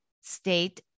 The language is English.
State